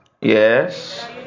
Yes